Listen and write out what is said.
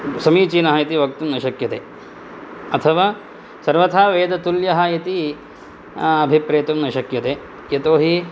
समीचीनः इति वक्तुं न शक्यते अथवा सर्वथा वेदतुल्यः इति अभिप्रेतुं न शक्यते यतोहि